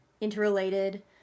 interrelated